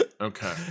Okay